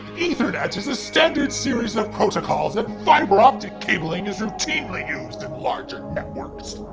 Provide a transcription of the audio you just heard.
ethernet is a standard series of protocols and fiber optic cabling is routinely used in larger networks!